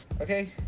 Okay